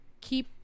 keep